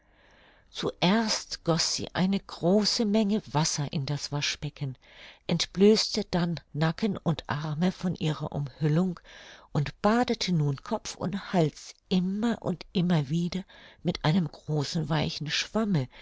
zuerst goß sie eine große menge wasser in das waschbecken entblößte dann nacken und arme von ihrer umhüllung und badete nun kopf und hals immer und immer wieder mit einem großen weichen schwamme